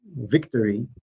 victory